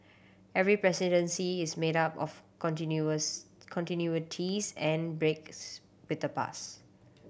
every presidency is made up of continuous continuities and breaks with the past